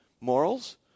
Morals